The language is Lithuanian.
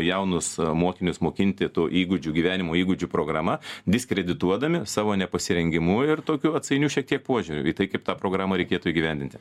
jaunus mokinius mokinti tų įgūdžių gyvenimo įgūdžių programa diskredituodami savo nepasirengimu ir tokiu atsainiu šiek tiek požiūriu į tai kaip tą programą reikėtų įgyvendinti